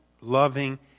loving